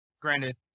granted